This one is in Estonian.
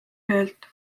töölt